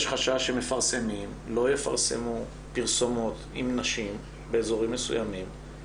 יש חשש שמפרסמים לא יפרסמו פרסומות עם נשים באזורים מסוימים,